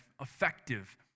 effective